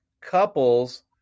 couples